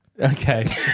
Okay